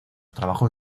trabajos